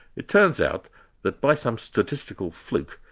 it turns out that by some statistical fluke,